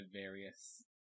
various